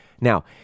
Now